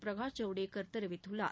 பிரகாஷ் ஜவ்டேகர் தெரிவித்துள்ளார்